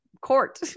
court